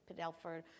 Padelford